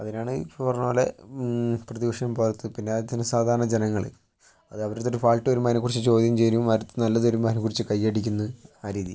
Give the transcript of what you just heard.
അതിനാണ് ഇപ്പം പറഞ്ഞത് പോലെ പ്രതിപക്ഷം പോലത്തെ പിന്നെ സാധാരണ ജനങ്ങള് അത് അവരടുത്ത് ഒരു ഫാൾട്ട് വരുമ്പോൾ അതിനെ കുറിച്ച് ചോദ്യം ചെയ്യലും വരുത്ത് നല്ലതു വരുമ്പോൾ അതിനെ കുറിച്ച് കൈയ്യടിക്കുന്നതും ആ രീതി